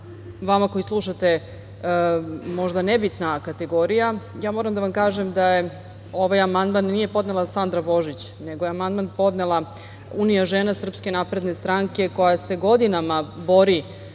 vama koji slušate možda nebitna kategorija, ja moram da vam kažem da je ovaj amandman nije podnela Sandra Božić nego je amandman podnela Unija žena SNS koja se godinama bori